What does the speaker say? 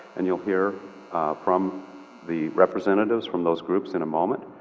and you'll hear from the representatives from those groups in a moment.